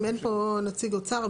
אם אין פה נציג אוצר,